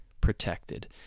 protected